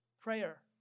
prayer